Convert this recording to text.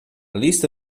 lista